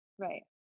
right